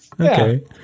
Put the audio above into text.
Okay